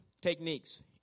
techniques